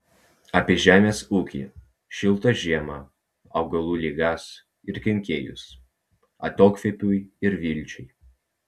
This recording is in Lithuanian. apie žemės ūkį šiltą žiemą augalų ligas ir kenkėjus atokvėpiui ir vilčiai